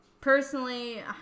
Personally